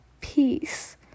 peace